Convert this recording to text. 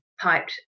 piped